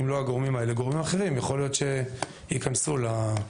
אם לא הגורמים האלה אז גורמים אחרים יכול להיות שייכנסו לתחום.